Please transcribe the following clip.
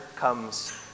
comes